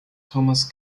thomas